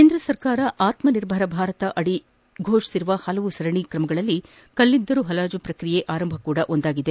ಕೇಂದ್ರ ಸರ್ಕಾರ ಆತ್ಮನಿರ್ಭರ ಭಾರತ ಅಡಿ ಘೋಷಿಸಿರುವ ಹಲವು ಸರಣಿ ಕ್ರಮಗಳಲ್ಲಿ ಕಲ್ಲಿದ್ದಲು ಹರಾಜು ಪ್ರಕ್ರಿಯೆ ಆರಂಭವು ಕೂಡ ಒಂದಾಗಿದೆ